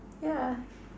yeah